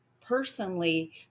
personally